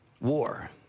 war